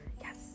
yes